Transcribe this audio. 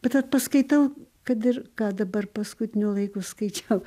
bet vat paskaitau kad ir ką dabar paskutiniu laiku skaičiau